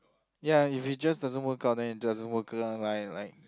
ya if it just doesn't work out then it doesn't work out like like